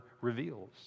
reveals